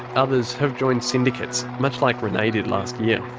others have joined syndicates, much like renay did last year.